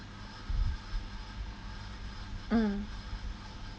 mm